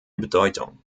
bedeutung